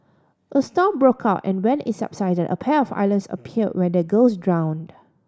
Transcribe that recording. a storm broke out and when it subsided a pair of islands appear where the girls drowned